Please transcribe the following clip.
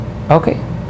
Okay